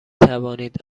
توانید